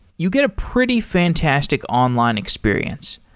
you get a pretty fantastic online experience.